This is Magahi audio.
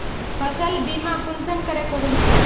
फसल बीमा कुंसम करे करूम?